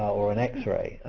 or and x-ray.